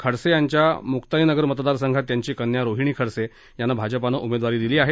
खडसे यांच्या मुक्ताई नगर मतदारसंघात त्यांची कन्या रोहिणी खडसे यांना भाजपानं उमेदवारी दिली आहे